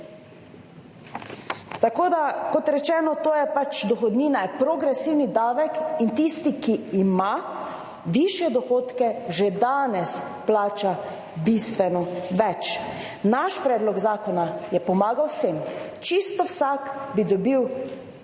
Tako da kot rečeno, to je pač dohodnina, je progresivni davek in tisti, ki ima višje dohodke, že danes plača bistveno več. Naš predlog zakona je pomagal vsem, čisto vsak bi dobil leta